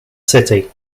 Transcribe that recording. city